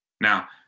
now